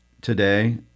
today